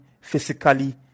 physically